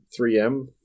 3m